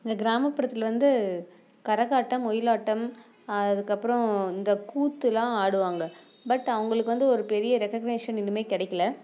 எங்கள் கிராமப்புறத்தில் வந்து கரகாட்டம் ஒயிலாட்டம் அதுக்கப்புறம் இந்த கூத்தெலாம் ஆடுவாங்க பட் அவர்களுக்கு வந்து ஒரு பெரிய ரெககனேஷன் இன்னும் கிடைக்கல